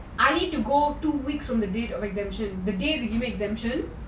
I need to go two weeks from the day of exemptions